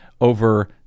over